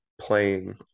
playing